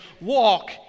walk